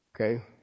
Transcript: Okay